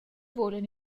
vulan